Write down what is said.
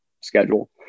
schedule